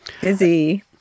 busy